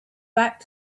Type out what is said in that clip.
back